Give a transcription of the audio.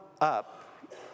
up